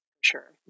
Sure